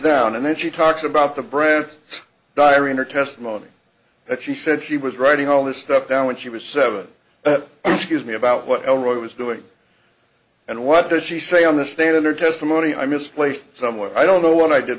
down and then she talks about the brand diary in her testimony that she said she was writing all this stuff down when she was seven excuse me about what it was doing and what does she say on the stand in her testimony i misplaced somewhere i don't know what i did